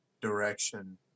direction